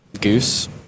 Goose